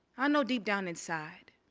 i know deep down inside